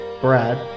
Brad